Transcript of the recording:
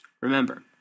Remember